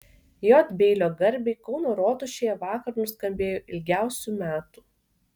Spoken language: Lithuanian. j beilio garbei kauno rotušėje vakar nuskambėjo ilgiausių metų